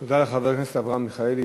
תודה, חבר הכנסת אברהם מיכאלי.